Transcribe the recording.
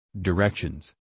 directions